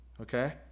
okay